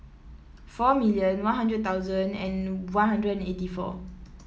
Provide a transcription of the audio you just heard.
four million One Hundred thousand and One Hundred and eighty four